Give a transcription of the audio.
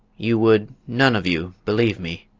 you would none of you believe me!